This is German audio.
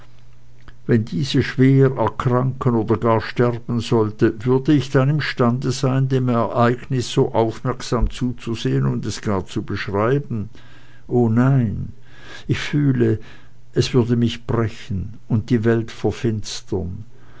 wenn diese schwer erkranken oder gar sterben sollte würde ich dann imstande sein dem ereignis so aufmerksam zuzusehen und es gar zu beschreiben o nein ich fühle es würde mich brechen und die welt verfinstern